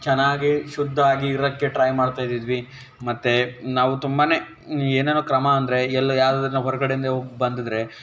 ಚೆನ್ನಾಗಿ ಶುದ್ಧ ಆಗಿ ಇರೋಕ್ಕೆ ಟ್ರೈ ಮಾಡ್ತಾಯಿದ್ವಿ ಮತ್ತು ನಾವು ತುಂಬಾ ಏನೇನೋ ಕ್ರಮ ಅಂದರೆ ಎಲ್ಲಿ ಯಾರಾದರೂ ಹೊರ್ಗಡೆಯಿಂದಲೋ ಬಂದಿದ್ದರೆ